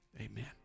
amen